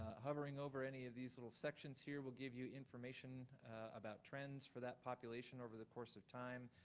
hovering over any of these little sections here will give you information about trends for that population over the course of time,